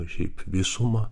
šiaip visuma